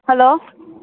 hello